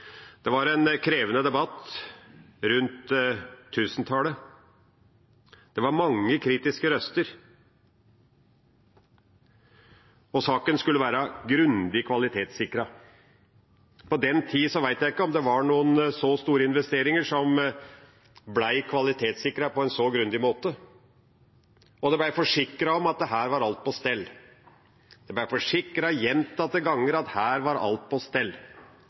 Det var en krevende debatt rundt tusenårsskiftet. Det var mange kritiske røster. Og saken skulle være grundig kvalitetssikret. På den tida vet jeg ikke om det var noen så store investeringer som ble kvalitetssikret på en så grundig måte, og det ble forsikret om at her var alt på stell. Det ble forsikret gjentatte ganger om at her var alt på stell.